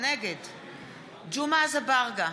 ג'מעה אזברגה,